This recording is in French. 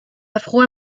afro